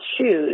shoes